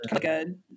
good